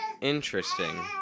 interesting